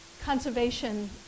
conservation